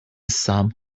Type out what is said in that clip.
some